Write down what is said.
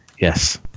yes